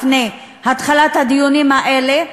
לפני התחלת הדיונים האלה,